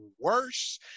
worse